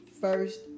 first